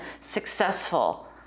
successful